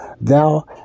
Thou